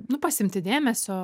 nu pasiimti dėmesio